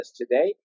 today